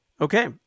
Okay